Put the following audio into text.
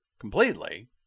completely